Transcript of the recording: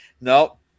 nope